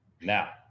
Now